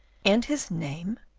and his name?